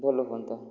ଭଲ ହୁଅନ୍ତା